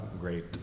great